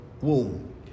womb